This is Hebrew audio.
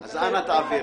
אז אנא העבירי.